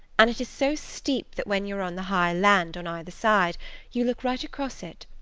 and it is so steep that when you are on the high land on either side you look right across it,